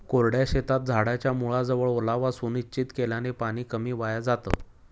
कोरड्या शेतात झाडाच्या मुळाजवळ ओलावा सुनिश्चित केल्याने पाणी कमी वाया जातं